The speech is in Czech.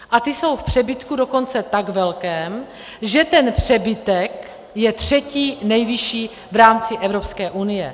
A ty jsou v přebytku dokonce tak velkém, že ten přebytek je třetí nejvyšší v rámci Evropské unie.